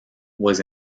was